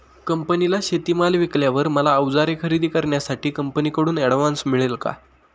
कंपनीला शेतीमाल विकल्यावर मला औजारे खरेदी करण्यासाठी कंपनीकडून ऍडव्हान्स मिळेल का?